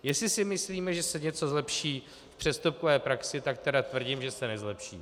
Jestli si myslíme, že se něco zlepší v přestupkové praxi, tak tedy tvrdím, že se nezlepší.